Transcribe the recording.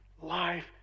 life